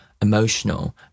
emotional